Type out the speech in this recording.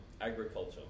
agriculture